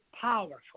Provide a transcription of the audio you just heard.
powerful